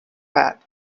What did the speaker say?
pad